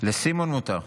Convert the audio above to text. לסימון מותר.